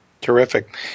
Terrific